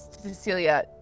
Cecilia